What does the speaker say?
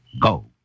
Go